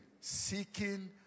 Seeking